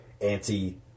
anti